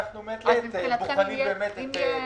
מעת לעת אנחנו בוחנים את התחזית שלנו.